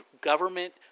government